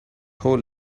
hole